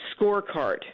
scorecard